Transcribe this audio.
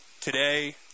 today